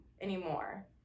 anymore